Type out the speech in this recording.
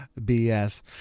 BS